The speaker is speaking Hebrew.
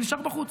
זה נשאר בחוץ.